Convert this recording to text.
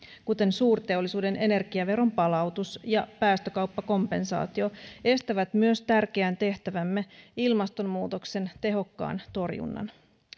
kuten suurteollisuuden energiaveron palautus ja päästökauppakompensaatio estävät myös tärkeän tehtävämme ilmastonmuutoksen tehokkaan torjunnan